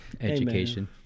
education